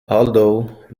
although